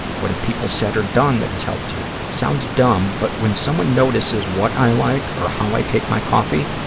what have people said or done that has helped you? it sounds dumb, but when someone notices what i like or how i take my coffee,